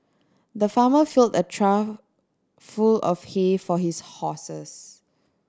the farmer filled a trough full of hay for his horses